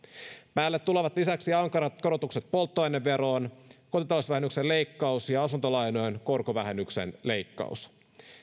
päälle tulevat lisäksi ankarat korotukset polttoaineveroon kotitalousvähennyksen leikkaus ja asuntolainojen korkovähennyksen leikkaus